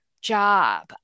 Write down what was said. job